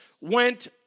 went